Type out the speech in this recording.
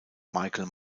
michael